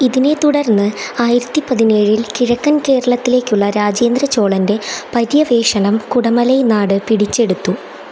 ഇതിനെത്തുടർന്ന് ആയിരത്തി പതിനേഴിൽ കിഴക്കൻ കേരളത്തിലേക്കുള്ള രാജേന്ദ്ര ചോളൻ്റെ പര്യവേഷണം കുടമലൈ നാട് പിടിച്ചെടുത്തു